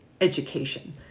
education